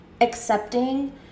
accepting